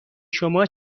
شما